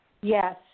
Yes